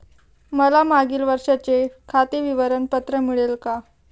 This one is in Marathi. मला मागील वर्षाचे खाते विवरण पत्र मिळेल का?